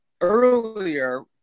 Earlier